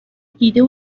دیده